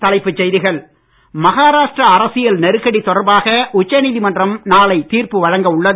மீண்டும் தலைப்புச் செய்திகள் மஹாராஷ்டிர அரசியல் நெருக்கடி தொடர்பாக உச்ச நீதிமன்றம் நாளை தீர்ப்பு வழங்க உள்ளது